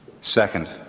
Second